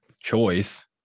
choice